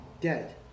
dead